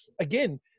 again